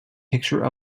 picture